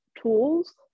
tools